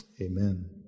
amen